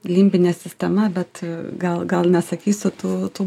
limbinė sistema bet gal gal nesakysiu tų tų